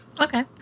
Okay